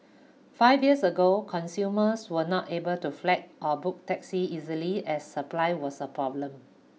five years ago consumers were not able to flag or book taxis easily as supply was a problem